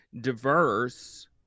diverse